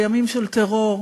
בימים של טרור,